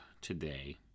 today